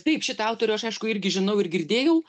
taip šitą autorių aš aišku irgi žinau ir girdėjau